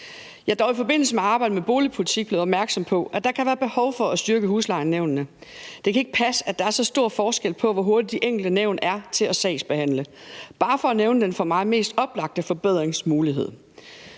Jeg er dog i forbindelse med arbejdet med boligpolitik blevet opmærksom på, at der kan være behov for at styrke huslejenævnene. Det kan ikke passe, at der er så stor forskel på, hvor hurtige de enkelte nævn er til at sagsbehandle, bare for at nævne den for mig mest oplagte forbedringsmulighed.